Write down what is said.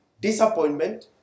disappointment